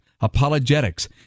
apologetics